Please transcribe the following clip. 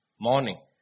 morning